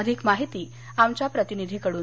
अधिक माहिती आमच्या प्रतिनिधीकडून